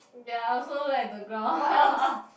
ya I also look at the ground